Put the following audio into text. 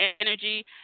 energy